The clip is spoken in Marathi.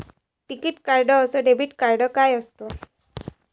टिकीत कार्ड अस डेबिट कार्ड काय असत?